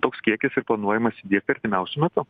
toks kiekis ir planuojamas įdiegt artimiausiu metu